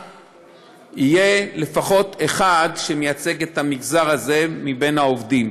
יהיה לפחות אחד שמייצג את המגזר הזה מבין העובדים.